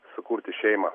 sukurti šeimą